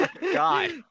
God